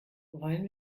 wollen